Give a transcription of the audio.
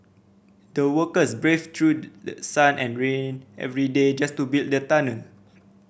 the workers braved through the sun and rain every day just to build the tunnel